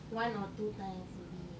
one or two times maybe